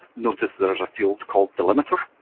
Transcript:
notice there's a field called delimiter.